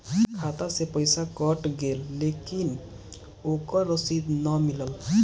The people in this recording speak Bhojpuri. खाता से पइसा कट गेलऽ लेकिन ओकर रशिद न मिलल?